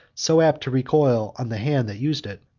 so apt to recoil on the hand that used it.